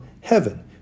heaven